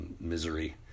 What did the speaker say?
misery